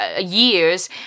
years